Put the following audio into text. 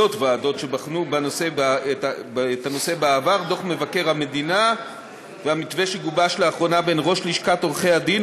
דוח מבקר המדינה והמתווה שגובש לאחרונה בין ראש לשכת עורכי-הדין,